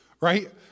Right